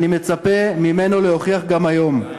אני מצפה ממנו להוכיח גם היום.